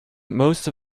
most